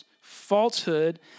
falsehood